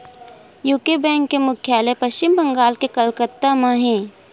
UCO bank के मुख्यालय पस्चिम बंगाल के कलकत्ता म हे